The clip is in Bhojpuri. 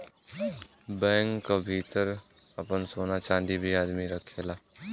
बैंक क भितर आपन सोना चांदी भी आदमी रखेला